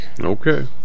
Okay